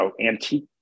antique